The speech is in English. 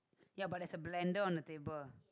ya but there's a blender on the table